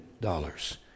dollars